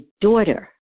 daughter